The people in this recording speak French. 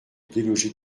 déloger